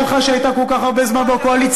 שהייתה כל כך הרבה זמן בקואליציה,